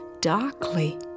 darkly